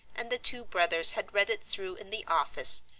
and the two brothers had read it through in the office,